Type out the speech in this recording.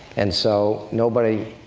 and so, nobody,